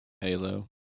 Halo